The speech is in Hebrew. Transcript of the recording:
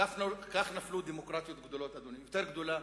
כך נפלו דמוקרטיות גדולות, אדוני, יותר גדולות